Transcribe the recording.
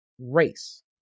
race